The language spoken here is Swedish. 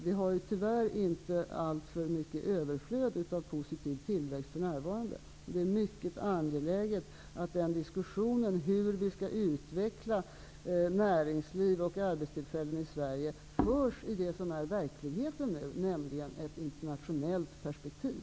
Vi har ju tyvärr inte ett alltför stort överflöd av positiv tillväxt för närvarande. Det är mycket angeläget att diskussionen om hur vi skall utveckla näringsliv och arbetstillfällen i Sverige förs i det som är verkligheten, nämligen ett internationellt perspektiv.